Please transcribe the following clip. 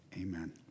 Amen